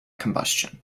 combustion